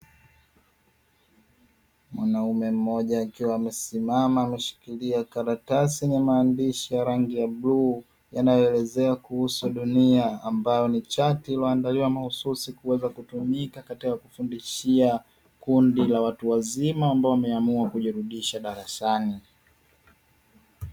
Mwanaume mmoja akiwa amesimama ameshikilia karatasi yenye maandishi ya rangi ya bluu, yanayoelezea kuhusu dunia ambayo ni chati iliyoandaliwa mahususi, kuweza kutumika katika kufundishia kundi la watu wazima, ambao wameamua kujirudisha darasani.